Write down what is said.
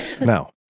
Now